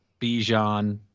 Bijan